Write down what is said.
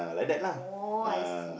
oh I see